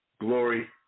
glory